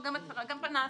וגם פנס,